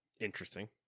Interesting